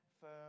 firm